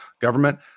government